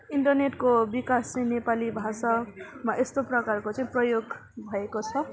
इन्टरनेटको विकासले नेपाली भाषामा यस्तो प्रकारको चाहिँ प्रयोग भएको छ